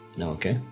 Okay